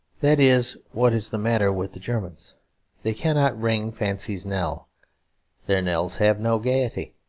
that is what is the matter with the germans they cannot ring fancy's knell their knells have no gaiety.